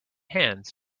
hands